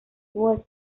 was